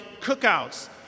cookouts